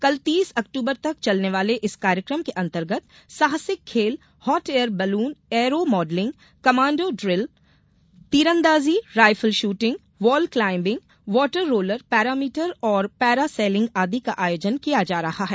कल तीस अक्टूबर तक चलने वाले इस कार्यक्रम के अंतर्गत साहसिक खेल hot air balloon aero modelling commando drill तीरंदाजी rifle shooting wall climbing water roller paramotor और पैरा सेलिंग आदि का आयोजन किया जा रहा है